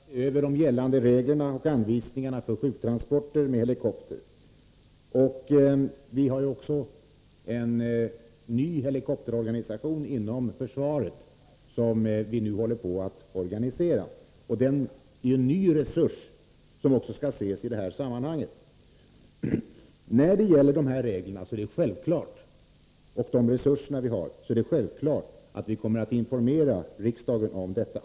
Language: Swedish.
Herr talman! Som jag redan sagt pågår arbetet med att se över gällande regler och anvisningar för sjuktransporter med helikopter. Vi arbetar också med en ny helikopterorganisation inom försvaret, vilket skall ses som ytterligare en resurs i sammanhanget. Självfallet kommer vi att informera riksdagen om vilka regler som skall gälla och om de resurser vi har.